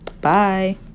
Bye